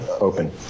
open